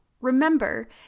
remember